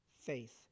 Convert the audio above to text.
faith